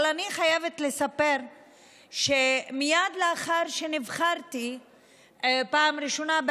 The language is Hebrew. אבל אני חייבת לספר שמייד לאחר שנבחרתי בפעם הראשונה,